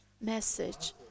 message